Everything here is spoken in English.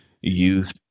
youth